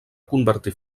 convertir